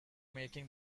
making